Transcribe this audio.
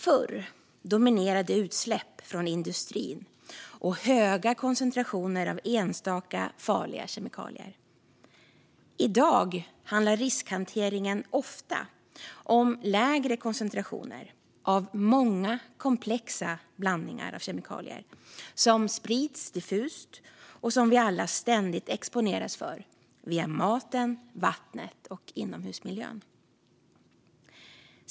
Förr dominerade utsläpp från industrin och höga koncentrationer av enstaka farliga kemikalier. I dag handlar riskhanteringen ofta om lägre koncentrationer av många komplexa blandningar av kemikalier, som sprids diffust och som vi alla ständigt exponeras för via maten, vattnet och inomhusmiljön.